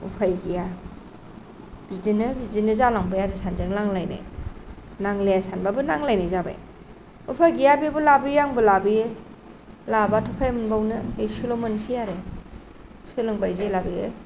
उफाय गैया बिदिनो बिदिनो जालांबाय आरो सानैजों नांलायनाय नांलाया सानबाबो नांलायनाय जाबाय उफाय गैया बेबो लाबोयो आंबो लाबोयो लाबाथ' अफाय मोनबावनो एसेल' मोनसै आरो सोलोंबाय जेला बेयो